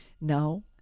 No